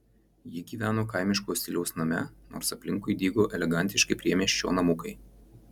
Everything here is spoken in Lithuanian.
ji gyveno kaimiško stiliaus name nors aplinkui dygo elegantiški priemiesčio namukai